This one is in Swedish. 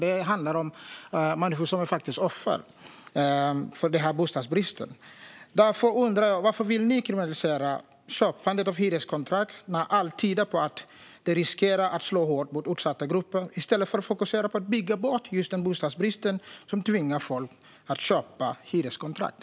Det handlar om människor som är offer för bostadsbristen. Jag undrar därför varför ni vill kriminalisera köp av hyreskontrakt när allt tyder på att det riskerar att slå hårt mot utsatta grupper, i stället för att fokusera på att bygga bort bostadsbristen som tvingar folk att köpa hyreskontrakt.